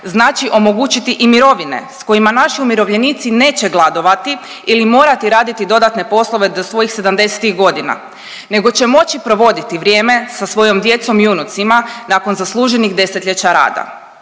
znači omogućiti i mirovine s kojima naši umirovljenici neće gladovati ili morati raditi dodatne poslove do svojih 70.-tih godina, nego će moći provoditi vrijeme sa svojom djecom i unucima nakon zasluženih 10-ljeća rada.